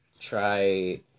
try